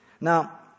Now